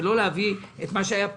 לא להביא את מה שהיה פעם.